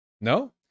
No